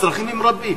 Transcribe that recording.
הצרכים הם רבים,